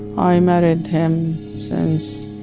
i married him since